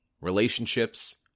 Relationships